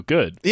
Good